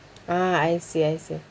ah I see I see